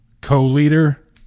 co-leader